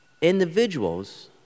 individuals